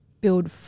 build